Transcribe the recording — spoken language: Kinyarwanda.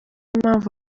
mpamvu